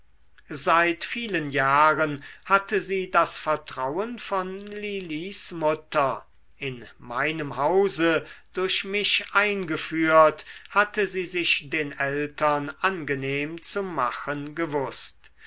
seit vielen jahren hatte sie das vertrauen von lilis mutter in meinem hause durch mich eingeführt hatte sie sich den eltern angenehm zu machen gewußt